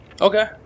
Okay